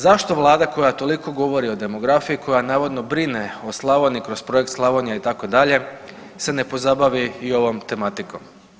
Zašto vlada koja toliko govori o demografiji, koja navodno brine o Slavoniji kroz projekt Slavonija itd. se ne pozabavi i ovom tematikom.